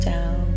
Down